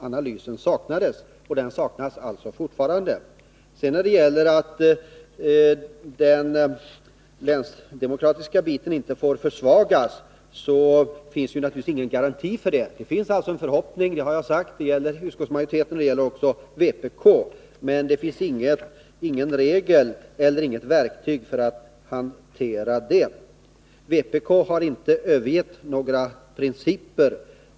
Analysen saknas alltså fortfarande. Det finns ingen garanti för att den länsdemokratiska biten inte kommer att försvagas. Det finns en förhoppning — det har jag sagt. Det gäller både utskottsmajoriteten och vpk. Men det finns ingen regel eller något verktyg för att hantera den biten. Tore Claeson påstår att vpk inte har övergivit några principer.